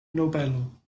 nobelo